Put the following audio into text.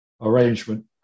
arrangement